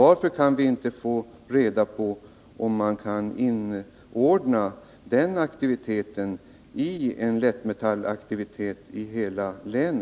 Varför kan vi inte få reda på om man kan inordna aktiviteten därien Nr 23